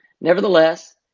Nevertheless